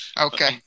Okay